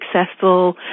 successful